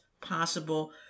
possible